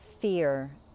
fear